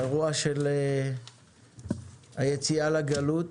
האירוע של היציאה לגלות